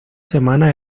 semanas